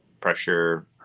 pressure